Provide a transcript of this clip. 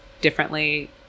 differently